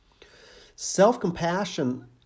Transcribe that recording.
Self-compassion